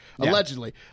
allegedly